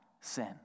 sin